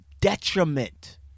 detriment